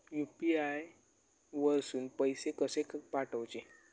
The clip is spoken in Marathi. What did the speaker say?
यू.पी.आय वरसून पैसे कसे पाठवचे?